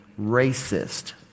racist